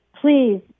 please